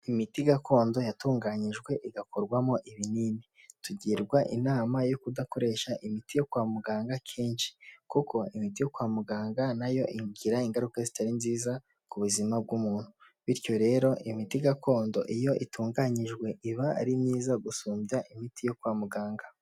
Imiti gakondo yatunganyijwe igakorwamo ibinini, tugirwa inama yo kudakoresha imiti yo kwa muganga kenshi kuko imiti yo kwa muganga nayo igira ingaruka zitari nziza ku buzima bw'umuntu bityo rero imiti gakondo iyo itunganyijwe iba ari myiza gusumbya imiti yo kwa muganga.